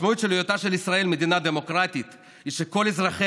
המשמעות של היותה של מדינת ישראל מדינה דמוקרטית היא שכל אזרחיה,